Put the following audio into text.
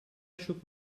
shook